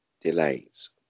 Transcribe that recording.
delays